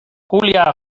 julia